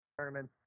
tournaments